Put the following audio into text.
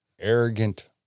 arrogant